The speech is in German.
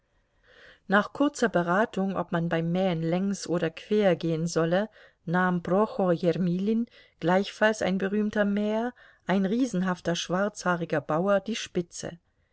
nach kurzer beratung ob man beim mähen längs oder quer gehen solle nahm prochor jermilin gleichfalls ein berühmter mäher ein riesenhafter schwarzhaariger bauer die spitze